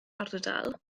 ardal